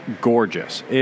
gorgeous